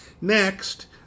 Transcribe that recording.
Next